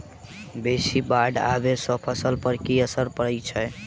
बेसी बाढ़ आबै सँ फसल पर की असर परै छै?